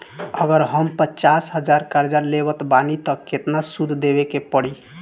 अगर हम पचास हज़ार कर्जा लेवत बानी त केतना सूद देवे के पड़ी?